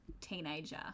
teenager